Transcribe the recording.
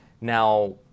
Now